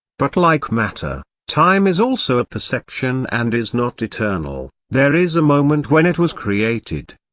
but like matter, time is also perception and is not eternal there is a moment when it was created.